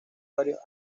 varios